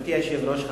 גברתי היושבת-ראש,